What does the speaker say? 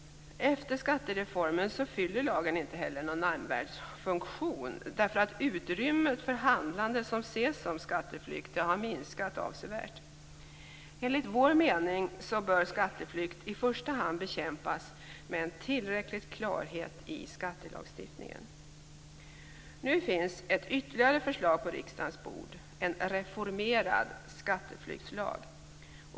Efter skattereformen fyller lagen inte heller någon nämnvärd funktion eftersom utrymmet för handlande som ses som skatteflykt har minskat avsevärt. Enligt vår mening bör skatteflykt i första hand bekämpas med tillräcklig klarhet i skattelagstiftningen. Nu finns ett ytterligare förslag på riksdagens bord - en reformerad skatteflyktslag.